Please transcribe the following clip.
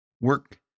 work